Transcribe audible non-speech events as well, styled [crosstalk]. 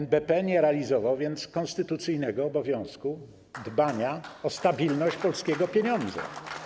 NBP nie realizował więc konstytucyjnego obowiązku [applause] dbania o stabilność polskiego pieniądza.